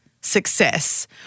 success